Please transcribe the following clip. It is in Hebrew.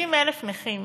70,000 נכים